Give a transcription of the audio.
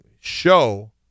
show